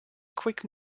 quick